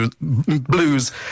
Blues